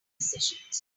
decisions